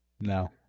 No